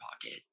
pocket